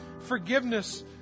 forgiveness